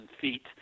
feet